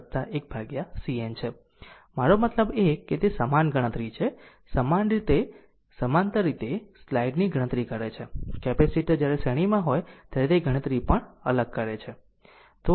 મારો મતલબ એ છે કે તે સમાન ગણતરી છે સમાંતર રીતે સ્લાઈડ ની ગણતરી કરે છે કેપેસિટર જ્યારે શ્રેણીમાં હોય ત્યારે તે ગણતરી પણ અલગ કરે છે